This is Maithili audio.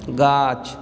गाछ